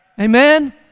Amen